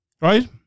right